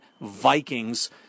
Vikings